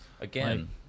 again